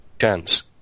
chance